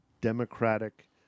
democratic